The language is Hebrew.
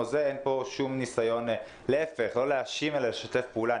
אין פה שום ניסיון להאשים אלא לשתף פעולה.